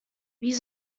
wie